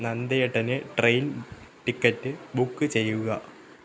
നന്ദേട്ടന് train ticket book ചെയ്യുക